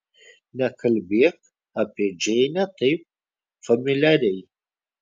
nekalbėk apie džeinę taip familiariai